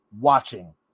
watching